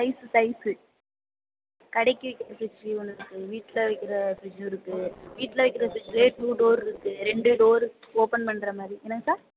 size size கடைக்கு வைக்கிற fridge ஒன்று இருக்குது வீட்டில் வைக்கிற ஃப்ரிட்ஜும் இருக்குது வீட்டில் வைக்கிற ஃப்ரிட்ஜே டூ டோர் இருக்குது ரெண்டு டோர் ஓப்பன் பண்ணுற மாதிரி என்னங்க சார்